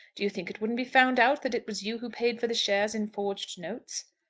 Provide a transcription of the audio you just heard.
do you think it wouldn't be found out that it was you who paid for the shares in forged notes?